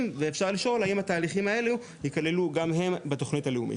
ואפשר לשאול האם התהליכים האלו יכללו גם הם בתוכנית הלאומית,